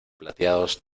plateados